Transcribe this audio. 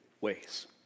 ways